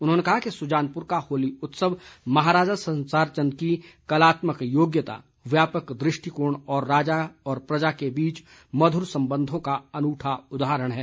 उन्होंने कहा कि सुजानपुर का होली उत्सव महाराजा संसार चंद की कलात्मक योग्यता व्यापक दृष्टिकोण और राजा और प्रजा के बीच मधुर संबंधों का अनूठा उदाहरण है